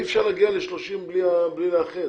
אפשר להגיע ל-30 בלי לאחד,